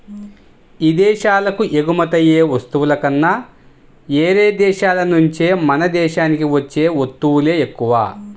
ఇదేశాలకు ఎగుమతయ్యే వస్తువుల కన్నా యేరే దేశాల నుంచే మన దేశానికి వచ్చే వత్తువులే ఎక్కువ